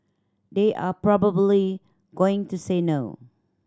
they are probably going to say no